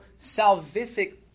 salvific